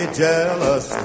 jealous